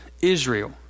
Israel